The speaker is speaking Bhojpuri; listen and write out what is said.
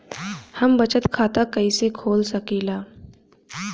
हम बचत खाता कईसे खोल सकिला?